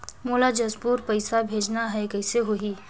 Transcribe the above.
मोला जशपुर पइसा भेजना हैं, कइसे होही?